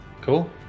Cool